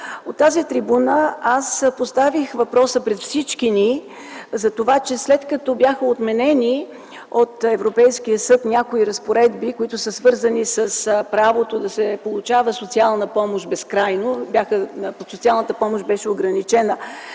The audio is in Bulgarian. от тази трибуна аз поставих въпроса пред всички ни за това, че след като от Европейския съд бяха отменени някои разпоредби, свързани с правото да се получава социална помощ безкрайно - социалната помощ беше ограничена